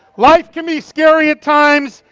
life can be scary at times.